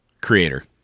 creator